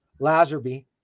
lazarby